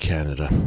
Canada